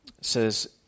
says